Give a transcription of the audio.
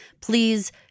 please